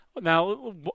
Now